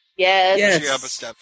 Yes